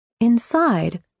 Inside